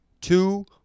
two